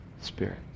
Spirit